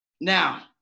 Now